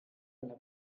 olla